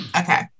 Okay